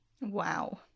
Wow